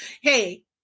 Hey